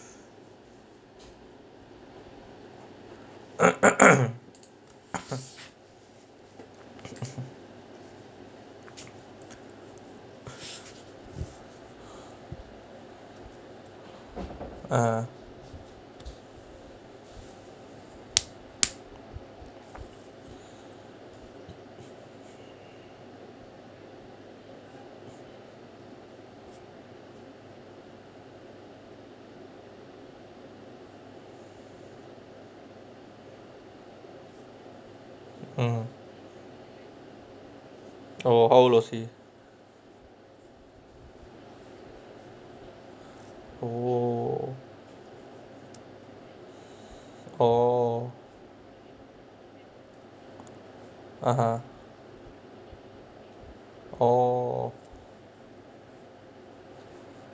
ah mm oh how old was he oh oh (uh huh) oh